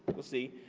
we'll see.